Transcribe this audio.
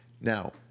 Now